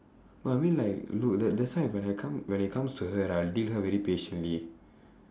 but I mean like no that that's why when I come when it comes to her right I'll deal with her very patiently